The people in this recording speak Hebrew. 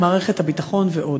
למערכת הביטחון ועוד.